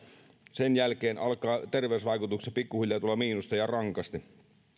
sen jälkeen alkaa terveysvaikutuksissa pikkuhiljaa tulla miinusta ja rankasti